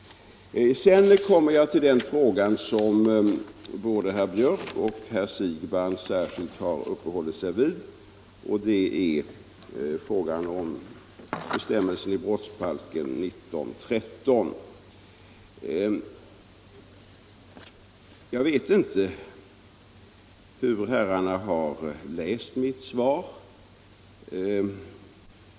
Sedan kommer jag till den fråga som både herr Björck och herr Siegbahn = Nr 23 särskilt har uppehållit sig vid, nämligen bestämmelsen i brottsbalken Tisdagen den 19:13. Jag vet inte hur herrarna har läst mitt svar.